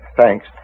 Thanks